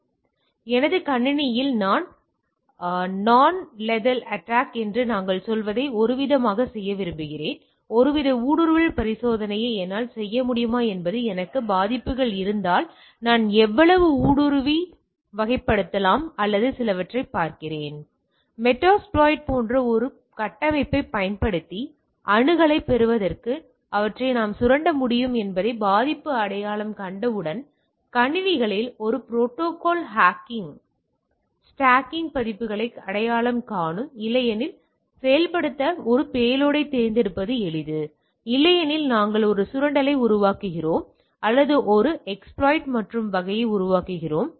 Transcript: எனவே எனது கணினியில் நான் லெதல் அட்டாக் என்று நாங்கள் சொல்வதை ஒருவிதமாகச் செய்ய விரும்புகிறேன் ஒருவித ஊடுருவல் பரிசோதனையை என்னால் செய்ய முடியுமா என்பது எனக்கு பாதிப்புகள் இருந்தால் நான் எவ்வளவு ஊடுருவி வகைப்படுத்தலாம் அல்லது சிலவற்றைப் பார்க்கிறேன் மெட்டாஸ்ப்ளோயிட் போன்ற ஒரு கட்டமைப்பைப் பயன்படுத்தி அணுகலைப் பெறுவதற்கு அவற்றை நாம் சுரண்ட முடியும் என்பதை பாதிப்பு அடையாளம் கண்டவுடன் கணினிகளில் ஒரு ப்ரோடோகால் ஹேக்கிங் பாதிப்புகளை அடையாளம் காணும் இல்லையெனில் செயல்படுத்த ஒரு பேலோடைத் தேர்ந்தெடுப்பது எளிது இல்லையெனில் நாங்கள் ஒரு சுரண்டலை உருவாக்குகிறோம் அல்லது ஒரு எஸ்பிலோய்ட் மற்றும் வகையை உருவாக்குகிறோம்